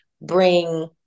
bring